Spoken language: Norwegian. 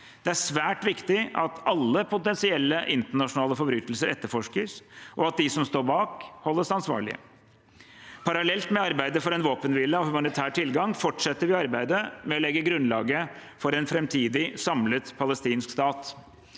Det er svært viktig at alle potensielle internasjonale forbrytelser etterforskes, og at de som står bak, holdes ansvarlig. Parallelt med arbeidet for en våpenhvile og humanitær tilgang fortsetter vi arbeidet med å legge grunnlaget for en framtidig samlet palestinsk stat.